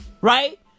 right